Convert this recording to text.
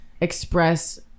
express